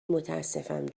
متاسفم